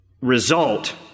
result